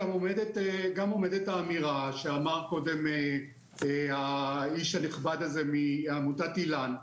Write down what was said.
גם עומדת האמירה שאמר קודם האיש הנכבד הזה מעמותת איל"ן.